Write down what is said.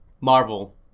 Marvel